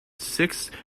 sixth